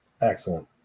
Excellent